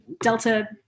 Delta